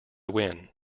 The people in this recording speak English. win